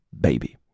baby